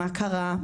מה קרה,